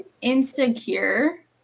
insecure